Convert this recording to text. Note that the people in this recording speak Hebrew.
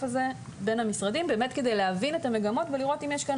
הזה בין המשרדים כדי להבין את המגמות ולראות האם יש כאן